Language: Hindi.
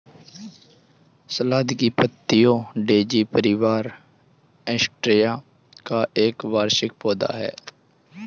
सलाद की पत्तियाँ डेज़ी परिवार, एस्टेरेसिया का एक वार्षिक पौधा है